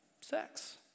sex